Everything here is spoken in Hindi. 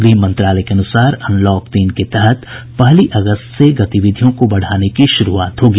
गृह मंत्रालय के अनुसार अनलॉक तीन के तहत पहली अगस्त से गतिविधियों को बढाने की शुरुआत होगी